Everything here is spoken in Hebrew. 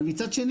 אבל מצד שני,